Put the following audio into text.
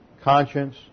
conscience